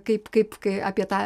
kaip kaip kai apie tą